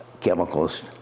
chemicals